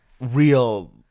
real